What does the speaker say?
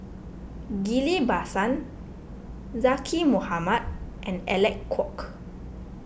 Ghillie Basan Zaqy Mohamad and Alec Kuok